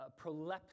proleptic